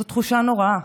זו תחושה נוראה,